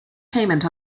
payment